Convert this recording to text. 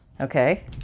Okay